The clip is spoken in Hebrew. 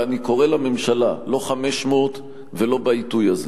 ואני קורא לממשלה: לא 500 ולא בעיתוי הזה,